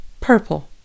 Purple